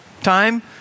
Time